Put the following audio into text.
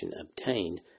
obtained